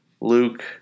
Luke